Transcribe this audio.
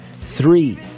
Three